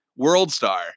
WorldStar